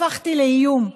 הפכתי לאיום.